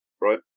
right